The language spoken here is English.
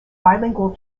bilingual